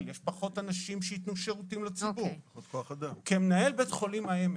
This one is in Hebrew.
אחד הדגלים שהנחנו ושהנחתי